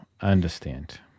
understand